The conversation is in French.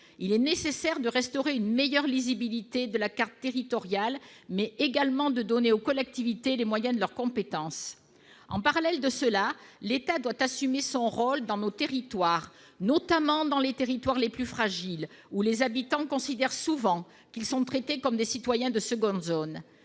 Il est nécessaire de restaurer une meilleure lisibilité de la carte territoriale, mais également de donner aux collectivités les moyens de leurs compétences. En parallèle, l'État doit assumer son rôle dans nos territoires, notamment dans les plus fragiles d'entre eux, où les habitants considèrent souvent qu'ils sont traités comme des citoyens de seconde zone.